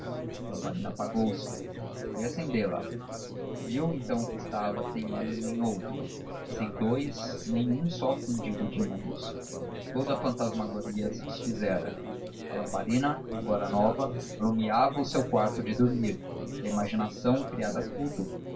lamparina apagou-se foi acendê la viu então que estava sem um nem outro sem dous nem um só fundido de ambos toda a fantasmagoria se desfizera a lamparina agora nova alumiava o seu quarto de dormir e a imaginação criara tudo